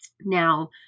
Now